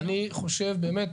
רם,